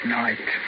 night